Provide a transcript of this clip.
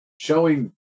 showing